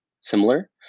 similar